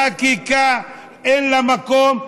חקיקה שאין לה מקום,